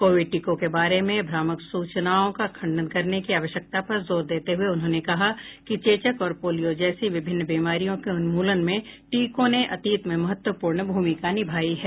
Covid टीकों के बारे में भ्रामक सूचनाओं का खंडन करने की आवश्यकता पर जोर देते हए उन्होंने ने कहा कि चेचक और पोलियो जैसी विभिन्न बीमारियों के उन्मूलन में टीकों ने अतीत में महत्वपूर्ण भूमिका निभाई है